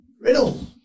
Riddle